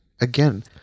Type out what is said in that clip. again